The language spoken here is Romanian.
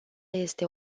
este